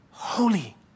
holy